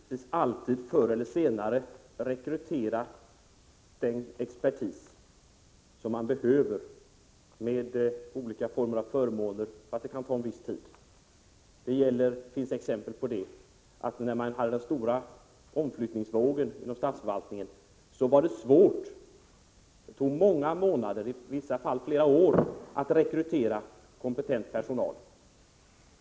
Herr talman! Man kan givetvis alltid, förr eller senare, rekrytera den expertis som man behöver, med hjälp av olika förmåner — men det kan ta viss tid. Det finns exempel från den stora flyttningsvågen inom statsförvaltningen att det var svårt och tog många månader — i vissa fall flera år — att rekrytera kompetent personal.